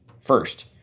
first